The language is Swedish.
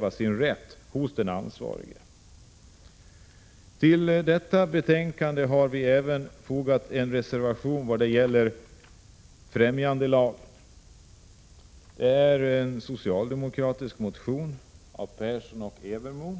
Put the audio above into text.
Vi har vid betänkandet även fogat en reservation om främjandelagen. I en socialdemokratisk motion av Margareta Persson och Barbro Evermo